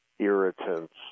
irritants